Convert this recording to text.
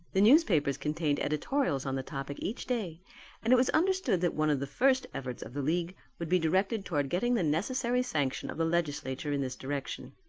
the newspapers contained editorials on the topic each day and it was understood that one of the first efforts of the league would be directed towards getting the necessary sanction of the legislature in this direction.